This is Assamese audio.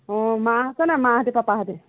অঁ মা আছে নাই মাহঁতি পাপাহঁতি